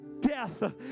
death